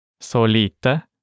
Solita